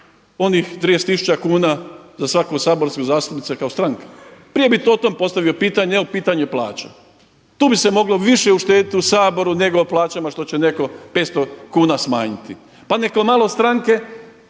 onih 30 tisuća kuna za svakog saborskog zastupnika kao stranka. Prije bi o tom postavio pitanje … pitanje plaća. Tu bi se moglo više uštediti u Saboru nego o plaćama što će neko 500 kuna smanjiti. Pa neka malo stranke